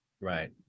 Right